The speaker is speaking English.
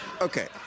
Okay